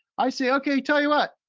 i say, okay, tell you what,